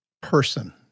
person